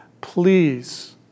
Please